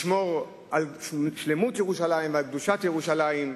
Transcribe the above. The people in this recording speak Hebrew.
לשמור על שלמות ירושלים ועל קדושת ירושלים.